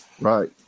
Right